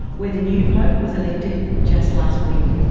where the new pope was elected just last week.